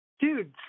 dude